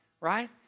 right